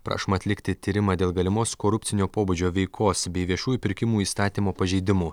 prašo atlikti tyrimą dėl galimos korupcinio pobūdžio veikos bei viešųjų pirkimų įstatymo pažeidimų